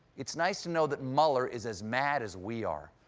it's nice to know that mueller is as mad as we are.